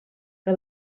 que